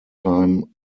time